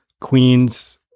Queens